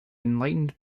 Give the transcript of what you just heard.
enlightened